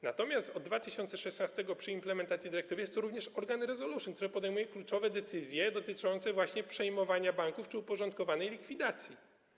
Natomiast od 2016 r. z powodu implementacji dyrektywy jest to również organ resolution, który podejmuje kluczowe decyzje dotyczące właśnie przejmowania banków czy uporządkowanej likwidacji.